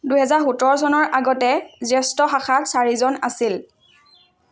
দুহেজাৰ সোতৰ চনৰ আগতে জ্যেষ্ঠ শাখাত চাৰিজন আছিল